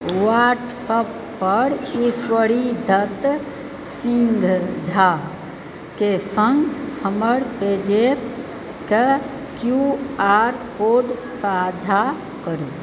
व्हाट्सअपपर ईश्वरीदत्त सिंह झाकें सङ्ग हमर पेजैपक क्यू आर कोड साझा करू